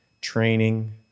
training